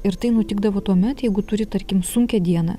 ir tai nutikdavo tuomet jeigu turi tarkim sunkią dieną